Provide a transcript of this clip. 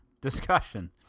discussion